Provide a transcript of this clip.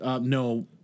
No